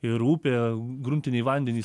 ir upė gruntiniai vandenys